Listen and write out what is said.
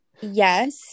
yes